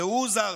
ראו הוזהרתם.